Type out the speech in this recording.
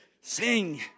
Sing